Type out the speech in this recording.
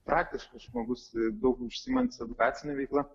praktiškas žmogus daug užsiimantis edukacine veikla